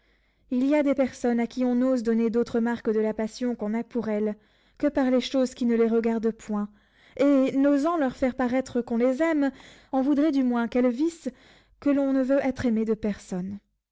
il y a des personnes à qui on n'ose donner d'autres marques de la passion qu'on a pour elles que par les choses qui ne les regardent point et n'osant leur faire paraître qu'on les aime on voudrait du moins qu'elles vissent que l'on ne veut être aimé de personne